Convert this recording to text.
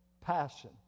passion